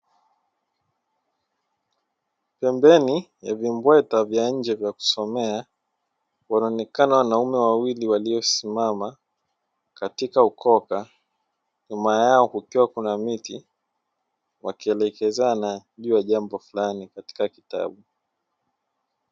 Pembeni ya vimbweta vya nje vya kusomea wanaonekana wanaume wawili waliosimama katika ukoka. Nyuma yao kukiwa na miti, wakielekezana juu ya jambo fulani katika kitabu.